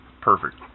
Perfect